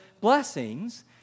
blessings